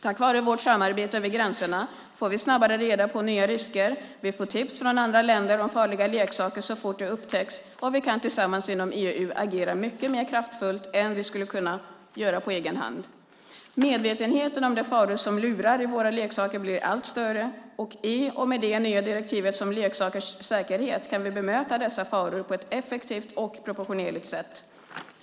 Tack vare vårt samarbete över gränserna får vi snabbare reda på nya risker, vi får tips från andra länder om farliga leksaker så fort de upptäckts, och vi kan tillsammans inom EU agera mycket mer kraftfullt än vad vi skulle kunna på egen hand. Medvetenheten om de faror som lurar i våra leksaker blir allt större, och i och med det nya direktivet om leksakers säkerhet kan vi bemöta dessa faror på ett effektivt och proportionerligt sätt.